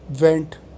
went